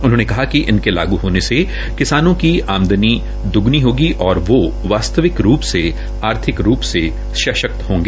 उन्होंने कहा कि इनके लागू होने से किसानों की आमदनी द्गनी होगी और वो वास्तविक रूप से आर्थिक रूप से सशक्त होगा